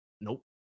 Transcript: nope